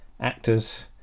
actors